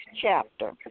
chapter